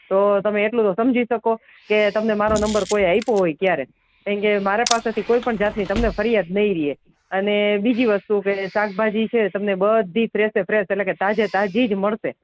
તો તમે કેટલું સમજી સકો કે તમને મારો નંબર કોઈ આઇપીઓ હોય ક્યારે કારણ કે મારા પાસેથી કોઈ પણ જાતની તમને ફરિયાદ નહીં રહે અને બીજી વસ્તુ કે શાકભાજી છે તમને બધી ફ્રેશે ફ્રેશ એટલે કે તાજી તાજી જ મળશે